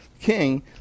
king